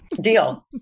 Deal